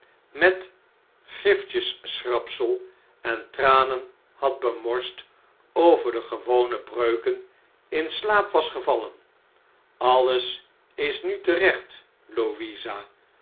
met griftjes schrapsel en tranen had bemorst over de gewone breuken in slaap was gevallen alles is nu terecht louisa